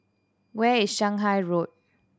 where is Shanghai Road